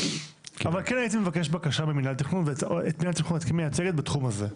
אבל כן הייתי מבקש בקשה ממינהל התכנון ואת מי את מייצגת בתחום הזה,